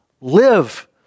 live